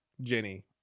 Jenny